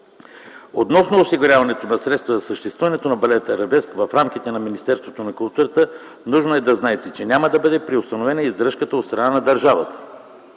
Относно осигуряването на средства за съществуването на балет „Арабеск” в рамките на Министерството на културата е нужно да знаете, че няма да бъде преустановена издръжката от страна на държавата.